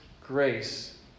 grace